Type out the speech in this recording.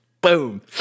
Boom